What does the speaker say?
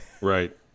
Right